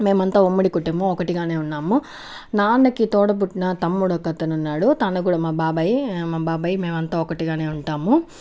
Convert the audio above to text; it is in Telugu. మేమంతా ఉమ్మడి కుటుంబం ఒకటిగానే ఉన్నాము నాన్నకి తోడబుట్టిన తమ్ముడు ఒక్కతనున్నాడు తను కూడా మా బాబాయ్ మా బాబాయ్ మేమంతా ఒకటిగానే ఉంటాము